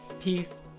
peace